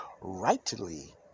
rightly